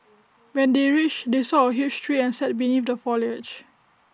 when they reached they saw A huge tree and sat beneath the foliage